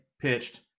pitched